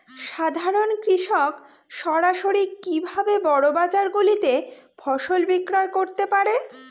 সাধারন কৃষক সরাসরি কি ভাবে বড় বাজার গুলিতে ফসল বিক্রয় করতে পারে?